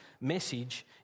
message